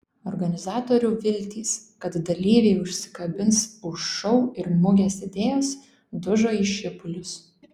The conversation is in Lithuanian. organizatorių viltys kad dalyviai užsikabins už šou ir mugės idėjos dužo į šipulius